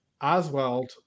Oswald